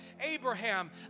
Abraham